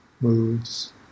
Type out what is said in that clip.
moods